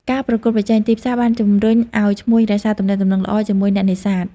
ការប្រកួតប្រជែង ទីផ្សារបានជម្រុញឱ្យឈ្មួញរក្សាទំនាក់ទំនងល្អជាមួយអ្នកនេសាទ។